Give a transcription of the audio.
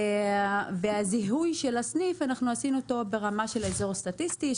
את הזיהוי של הסניף עשינו ברמה של אזור סטטיסטי,